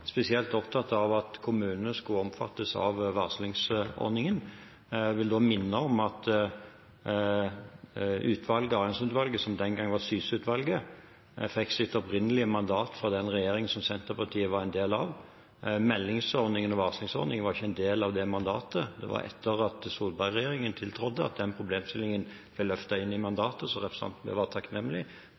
spesielt opptatt av at kommunene skulle omfattes av varslingsordningen, og jeg vil da minne om at Arianson-utvalget, som den gang var Syse-utvalget, fikk sitt opprinnelige mandat fra den regjeringen som Senterpartiet var en del av. Meldings- og varslingsordningen var ikke en del av det mandatet. Det var etter at Solberg-regjeringen tiltrådde, at den problemstillingen ble løftet inn i mandatet. Representanten bør være takknemlig for at vi nå har en regjering som